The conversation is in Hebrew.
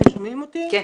אני